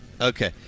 Okay